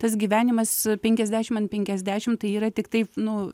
tas gyvenimas penkiasdešim ant penkiasdešim tai yra tiktai nu